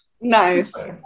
Nice